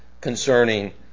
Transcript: concerning